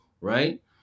right